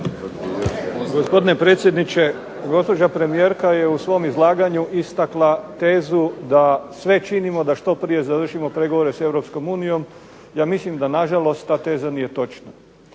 Gospdine predsjedniče, gospođa premijerka je u svom izlaganju istakla tezu da sve činimo da što prije završimo pregovore s Europskom unijom. Ja mislim da na žalost ta teza nije točna.